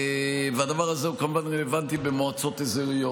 הדבר הזה כמובן רלוונטי במועצות אזוריות.